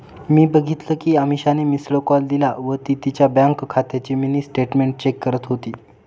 मी बघितल कि अमीषाने मिस्ड कॉल दिला व ती तिच्या बँक खात्याची मिनी स्टेटमेंट चेक करत होती